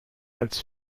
als